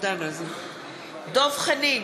דב חנין,